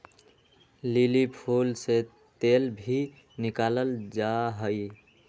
lily फूल से तेल भी निकाला जाहई